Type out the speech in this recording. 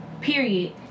Period